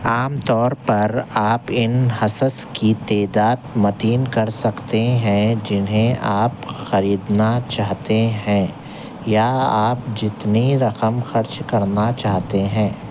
عام طور پر آپ ان حصص کی تعداد متعین کر سکتے ہیں جنھیں آپ خریدنا چاہتے ہیں یا آپ جتنی رقم خرچ کرنا چاہتے ہیں